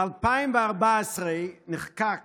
ב-2014 נחקק